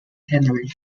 henry